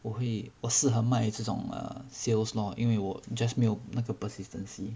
我会我适合卖这种 err sales lor 因为我 just 没有那个 persistency